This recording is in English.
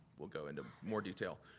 we'll go into more detail.